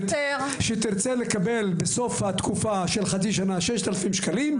כשהיא תרצה לקבל בסוף התקופה של חצי שנה 6,000 שקלים,